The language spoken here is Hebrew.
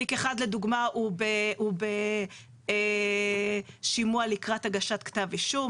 תיק אחד לדוגמה הוא בשימוע לקראת הגשת כתב אישום.